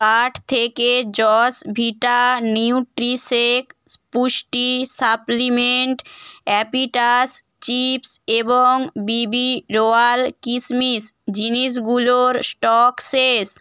cart থেকে জসভিটা নিউট্রিশেক পুষ্টি সাপ্লিমেন্ট আপিটাস চিপস এবং বিবি রয়াল কিশমিশ জিনিসগুলোর স্টক শেষ